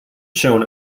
shown